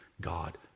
God